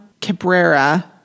cabrera